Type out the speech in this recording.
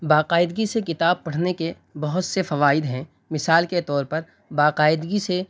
باقاعدگی سے کتاب پڑھنے کے بہت سے فوائد ہیں مثال کے طور پر باقاعدگی سے